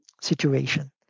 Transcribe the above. situation